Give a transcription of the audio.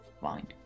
fine